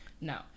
no